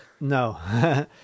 No